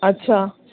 अच्छा